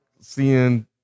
seeing